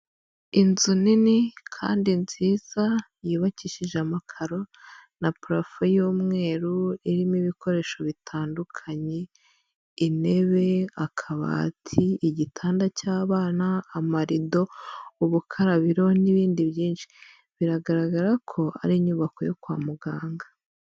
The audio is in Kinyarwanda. Inzu nini kandi nziza yubakishije amakaro na purafo y'umweru irimo ibikoresho bitandukanye intebe, akabati, igitanda cy'abana, amarido, ubukarabiro n'ibindi byinshi. Biragaragara ko ari inyubako yo kwa muganga.